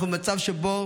אנחנו במצב שבו